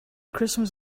christmas